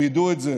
הם ידעו את זה